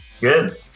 good